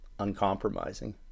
uncompromising